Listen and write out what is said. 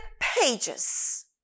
pages